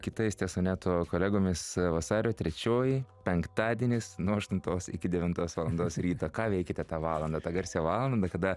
kitais tesoneto kolegomis vasario trečioji penktadienis nuo aštuntos iki devintos valandos ryto ką veikėte tą valandą tą garsią valandą kada